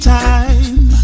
time